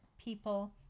people